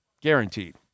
Guaranteed